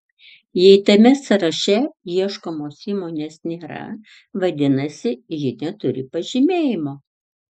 jei tame sąraše ieškomos įmonės nėra vadinasi ji neturi pažymėjimo